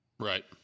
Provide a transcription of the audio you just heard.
Right